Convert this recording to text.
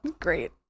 Great